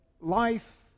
life